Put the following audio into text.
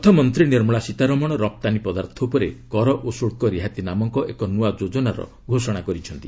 ଅର୍ଥମନ୍ତ୍ରୀ ନିର୍ମଳା ସୀତାରମଣ ରପ୍ତାନୀ ପଦାର୍ଥ ଉପରେ 'କର ଓ ଶୁଲ୍କ ରିହାତି' ନାମକ ଏକ ନୂଆ ଯୋଜନାର ଘୋଷଣା କରିଛନ୍ତି